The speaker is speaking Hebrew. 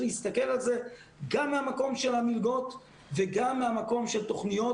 להסתכל על זה גם מהמקום של המלגות וגם מהמקום של תוכניות